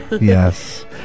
Yes